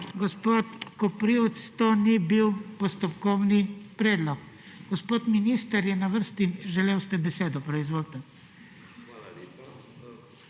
Gospod Koprivc, to ni bil postopkovni predlog. Gospod minister je na vrsti. Želeli ste besedo, izvolite.